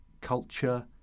culture